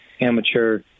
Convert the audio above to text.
amateur